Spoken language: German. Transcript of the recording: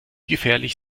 gefährlich